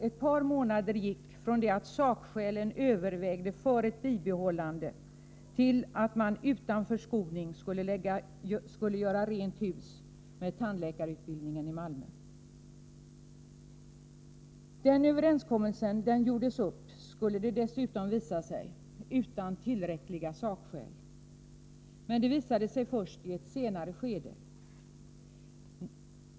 Ett par månader gick från det att sakskälen övervägde för ett bibehållande till att man utan förbarmande skulle göra rent hus med tandläkarutbildningen i Malmö. Överenskommelsen träffades, visade det sig dessutom i ett senare skede, utan tillräckliga sakskäl.